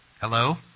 Hello